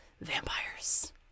vampires